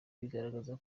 bigaragaza